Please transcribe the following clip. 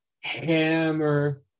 Hammer